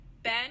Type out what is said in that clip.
Ben